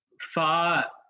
far